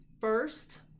first